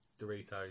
doritos